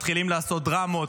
מתחילים לעשות דרמות,